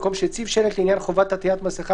במקום שהציב שלט - לעניין חובת עטיית מסכה,